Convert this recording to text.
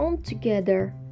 together